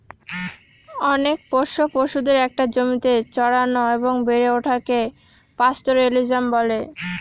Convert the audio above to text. অনেক পোষ্য পশুদের একটা জমিতে চড়ানো এবং বেড়ে ওঠাকে পাস্তোরেলিজম বলে